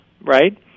right